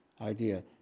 idea